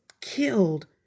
killed